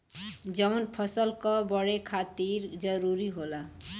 जवन फसल क बड़े खातिर जरूरी होला